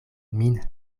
min